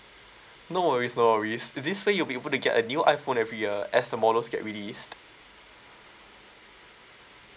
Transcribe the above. no worries no worries this one you'll be able to get a new iPhone every year as the models get released